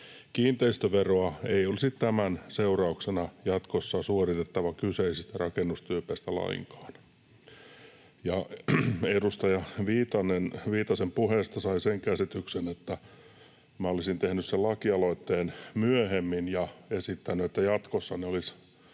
Kiinteistöveroa ei olisi tämän seurauksena jatkossa suoritettava kyseisistä rakennustyypeistä lainkaan. Edustaja Viitasen puheesta sai sen käsityksen, että olisin tehnyt sen lakialoitteen myöhemmin ja esittänyt, että jatkossa ne olisivat